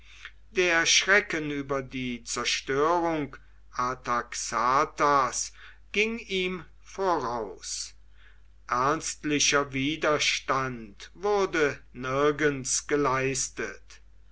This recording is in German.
der schrecken über die zerstörung artaxatas ging ihm voraus ernstlicher widerstand wurde nirgends geleistet